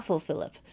Philip